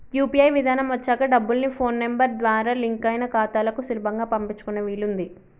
UPI విధానం వచ్చాక డబ్బుల్ని ఫోన్ నెంబర్ ద్వారా లింక్ అయిన ఖాతాలకు సులభంగా పంపించుకునే వీలుంది